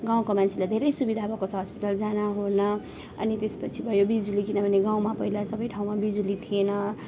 गाउँको मान्छेलाई धेरै सुविधा भएको छ हस्पिटल जान ओर्न अनि त्यसपछि भयो बिजुली किनभने गाउँमा पहिला सबै ठाउँमा बिजुली थिएन